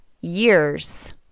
years